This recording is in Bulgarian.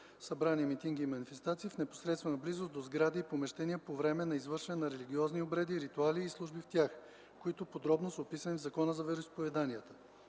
събрания, митинги и манифестации в непосредствена близост до сгради и помещения по време на извършване на религиозни обреди, ритуали и служби в тях, които подробно са описани в Закона за вероизповеданията.